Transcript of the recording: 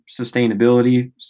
sustainability